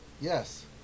Yes